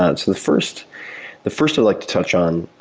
ah the first the first i'd like to touch on,